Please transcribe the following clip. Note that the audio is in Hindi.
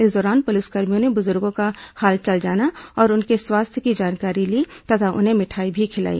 इस दौरान पुलिसकर्मियों ने बुजुर्गो का हालचाल जाना और उनके स्वास्थ्य की जानकारी ली तथा उन्हें मिठाई भी खिलाई